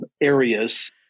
areas